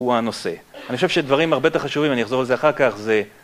הוא הנושא, אני חושב שדברים הרבה יותר חשובים, אני אחזור על זה אחר כך, זה